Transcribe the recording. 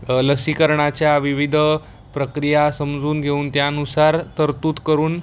लसीकरणाच्या विविध प्रक्रिया समजून घेऊन त्यानुसार तरतूद करून